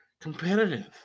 competitive